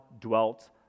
dwelt